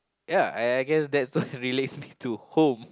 ya I I guess that's what relates me to home